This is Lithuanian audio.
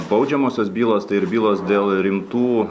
baudžiamosios bylos tai ir bylos dėl rimtų